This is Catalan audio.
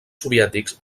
soviètics